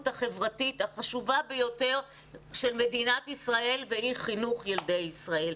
החברתית החשובה ביותר של מדינת ישראל והיא חינוך ילדי ישראל.